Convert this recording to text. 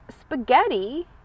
spaghetti